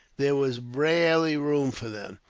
there was barely room for them,